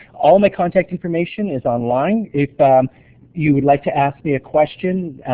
all my contact information is online, if you would like to ask me a question,